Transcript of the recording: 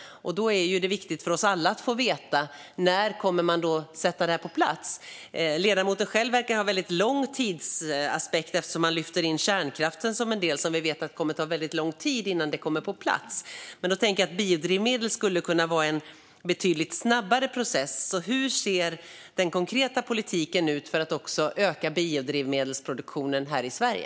Då är det viktigt för oss alla att få veta när man kommer att sätta detta på plats. Ledamoten själv verkar ha en väldigt lång tidsaspekt, eftersom han lyfter fram kärnkraften som vi vet kommer att ta väldigt lång tid att få plats. Då tänker jag att biodrivmedel skulle kunna vara en betydligt snabbare process. Hur ser den konkreta politiken ut för att öka biodrivmedelsproduktionen här i Sverige?